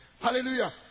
Hallelujah